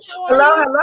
Hello